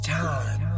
time